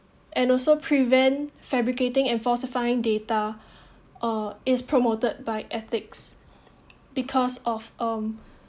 and also prevent fabricating and falsifying data uh is promoted by ethics because of um